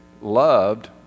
loved